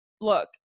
look